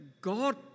God